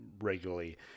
regularly